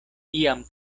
iam